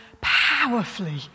powerfully